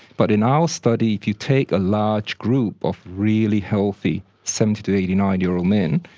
but in our study, if you take a large group of really healthy seventy to eighty nine year old men,